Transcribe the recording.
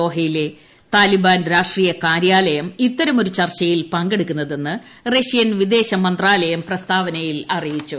ദോഹയിലെ താലിബാൻ രാഷ്ട്രീയ കാര്യാലയം ഇത്തരമൊരു ചർച്ചയിൽ പങ്കെടുക്കുന്നതെന്ന് റഷ്യൻ വിദേശ മന്താലയം പ്രസ്താവനയിൽ പറഞ്ഞു